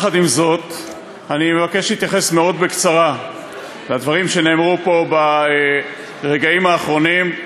עם זאת אני מבקש להתייחס מאוד בקצרה לדברים שנאמרו פה ברגעים האחרונים,